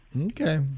Okay